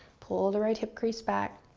pull the right hip crease back.